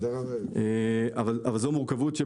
אבל זו מורכבות.